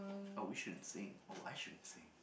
oh we shouldn't sing oh I should sing